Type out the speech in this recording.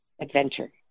adventure